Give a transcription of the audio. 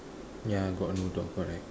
yeah got no dog correct